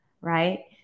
right